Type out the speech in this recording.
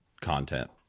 content